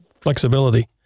flexibility